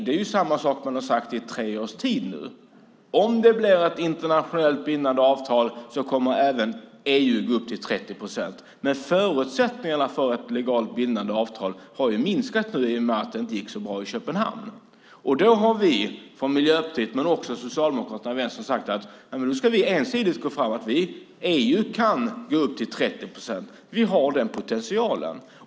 Det är samma sak som man har sagt i tre års tid: Om det blir ett internationellt bindande avtal kommer även EU att gå upp till 30 procent. Men förutsättningarna för ett legalt bindande avtal har ju minskat i och med att det inte gick så bra i Köpenhamn. Från Miljöpartiet, Socialdemokraterna och Vänstern har vi sagt att då ska vi ensidigt gå fram med att EU kan gå upp till 30 procent. Vi har den potentialen.